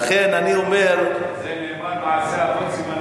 על זה נאמר "מעשה אבות סימן לבנים".